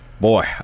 Boy